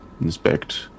inspect